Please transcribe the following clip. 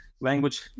language